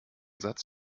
satz